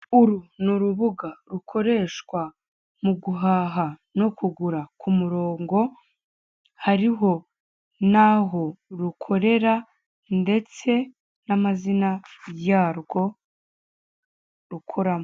Uru ni urubuga rukoreshwa mu guhaha no kugura ku muranko, hariho n'aho rukorera ndetse n'amazina yarwo rukoramo.